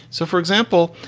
so, for example,